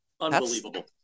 Unbelievable